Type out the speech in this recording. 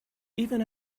even